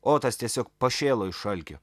otas tiesiog pašėlo iš alkio